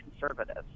conservatives